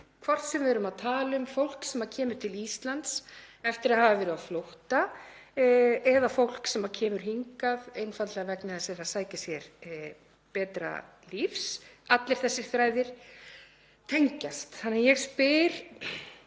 hvort sem við erum að tala um fólk sem kemur til Íslands eftir að hafa verið á flótta eða fólk sem kemur hingað einfaldlega til að sækja sér betra líf. Allir þessir þræðir tengjast og því spyr